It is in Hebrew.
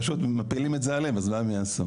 פשוט מפילים את זה עליהם אז מה הם יעשו.